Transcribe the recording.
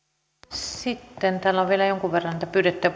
sitten täällä on vielä jonkun verran näitä pyydettyjä